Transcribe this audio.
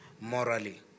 morally